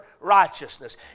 righteousness